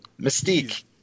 Mystique